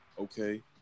Okay